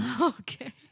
Okay